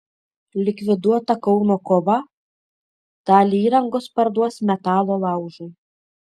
likviduota kauno kova dalį įrangos parduos metalo laužui